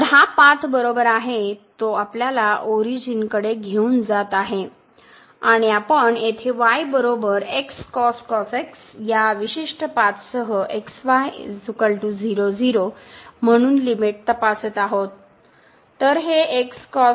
तर हा पाथ बरोबर आहे तो आपल्याला ओरिजिनकडे घेऊन जात आहे आणि आपण येथे या विशिष्ट पाथसह म्हणून लिमिट तपासत आहोत